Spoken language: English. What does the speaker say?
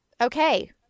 Okay